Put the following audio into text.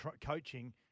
coaching